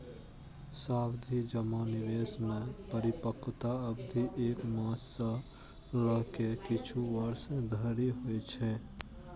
सावाधि जमा निवेश मे परिपक्वता अवधि एक मास सं लए के किछु वर्ष धरि होइ छै